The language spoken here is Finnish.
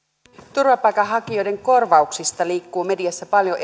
turvapaikanhakijoiden korvauksista liikkuu mediassa paljon